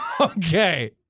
Okay